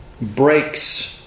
breaks